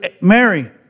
Mary